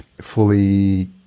fully